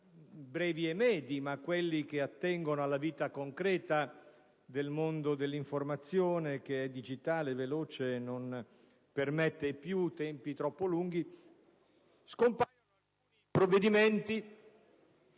brevi e medi, quelli cioè che attengono alla vita concreta del mondo dell'informazione, che è digitale, veloce e non permette più tempi troppo lunghi - misure che